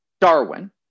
Darwin